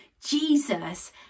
Jesus